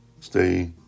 stay